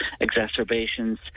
exacerbations